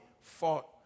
fought